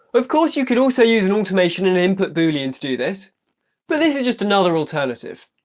of course you could also use an automation and input boolean to do this but this is just another alternative.